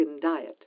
diet